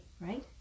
right